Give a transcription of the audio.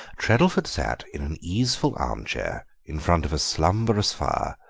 treddleford sat in an easeful arm-chair in front of a slumberous fire,